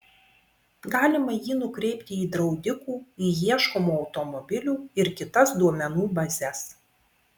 galima jį nukreipti į draudikų į ieškomų automobilių ir kitas duomenų bazes